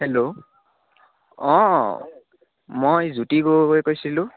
hello অঁ মই জ্যোতি গগৈয়ে কৈছিলোঁ